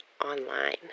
online